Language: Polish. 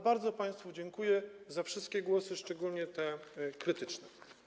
Bardzo państwu dziękuję za wszystkie głosy, szczególnie te krytyczne.